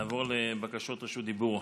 נעבור לבקשות רשות דיבור.